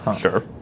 Sure